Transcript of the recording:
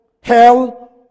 Hell